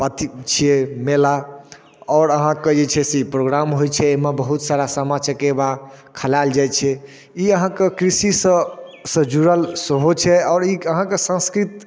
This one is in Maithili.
अथी छियै मेला आओर अहाँके ई छै कि प्रोग्राम होइ छै अइमे बहुत सारा सामा चकेबा खेलायल जाइ छै ई अहाँके कृषिसँ से जुड़ल सेहो छै आओर ई अहाँके संस्कृत